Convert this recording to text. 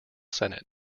senate